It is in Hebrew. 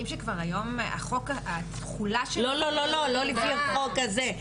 לא לפי החוק הזה,